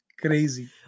Crazy